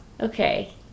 Okay